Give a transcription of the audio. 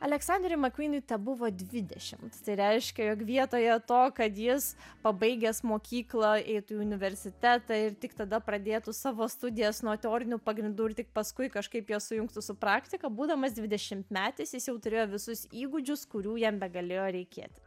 aleksanderį makūnui tebuvo dvidešimt tai reiškia jog vietoje to kad jis pabaigęs mokyklą eitų į universitetą ir tik tada pradėtų savo studijas nuo teorinių pagrindų ir tik paskui kažkaip juos sujungtų su praktika būdamas dvidešimtmetis jis jau turėjo visus įgūdžius kurių jam begalėjo reikėti